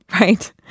right